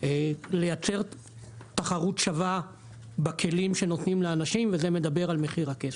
לייצר תחרות שווה בכלים שנותנים לאנשים וזה מדבר על מחיר הכסף.